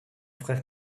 frère